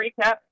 recap